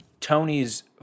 Tony's